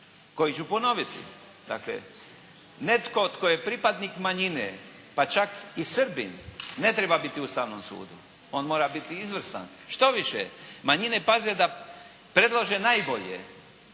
koji ću ponoviti. Dakle, netko tko je pripadnik manjine pa čak i Srbin ne treba biti u Ustavnom sudu. On mora biti izvrstan. Štoviše, manjine paze da predlože najbolje